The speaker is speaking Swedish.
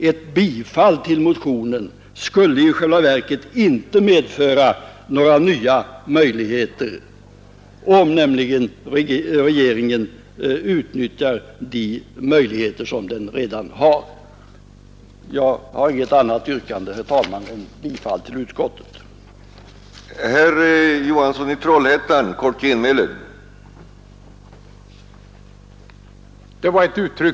Ett bifall till motionen skulle i själva verket inte medföra några nya möjligheter, om regeringen utnyttjar de möjligheter som den redan har. Jag har inget annat yrkande, herr talman, än om bifall till utskottets hemställan.